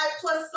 plus